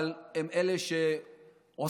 אבל הם אלה שעושים,